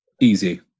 Easy